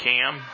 Cam